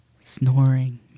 snoring